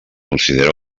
considera